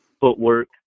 footwork